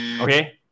okay